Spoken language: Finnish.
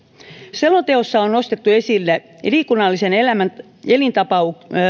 selonteossa on nostettu esille liikunnallisen elintapaohjauksen